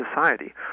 society